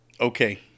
Okay